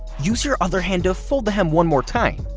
use your other hand to fold the hem one more time.